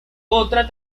otra